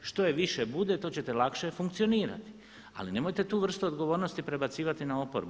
Što je više bude to ćete lakše funkcionirati ali nemojte tu vrstu odgovornosti prebacivati na oporbu.